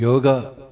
Yoga